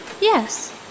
Yes